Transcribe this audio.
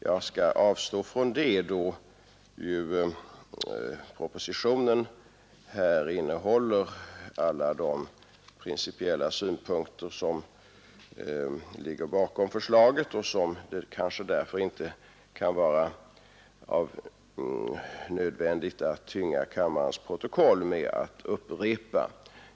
Jag skall avstå från det, då ju propositionen innehåller alla de principiella synpunkter som ligger bakom förslaget och det kanske därför inte kan vara nödvändigt att tynga kammarens protokoll med att upprepa.